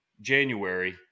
January